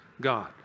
God